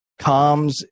comms